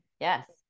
Yes